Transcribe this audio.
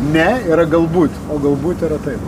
ne yra galbūt o galbūt yra taip